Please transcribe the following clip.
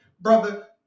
Brother